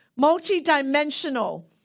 multidimensional